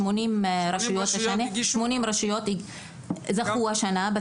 80 רשויות זכו השנה בתמיכה.